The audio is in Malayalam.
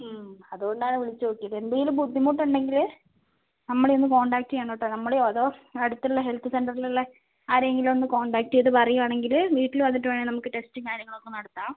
ഉം അതുകൊണ്ടാണ് വിളിച്ചുനോക്കിയത് എന്തെങ്കിലും ബുദ്ധിമുട്ടുണ്ടെങ്കിൽ നമ്മളെ ഒന്നു കോണ്ടാക്ട് ചെയ്യണം കേട്ടോ നമ്മളെയോ അതോ അടുത്തുള്ള ഹെൽത്ത് സെൻററില്ളള ആരെയെങ്കിലും ഒന്ന് കോണ്ടാക്റ്റ് ചെയ്ത് പറയുകയാണെങ്കിൽ വീട്ടിൽ വന്നിട്ടുവേണേൽ നമുക്ക് ടെസ്റ്റും കാര്യങ്ങളൊക്കെ നടത്താം